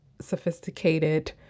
sophisticated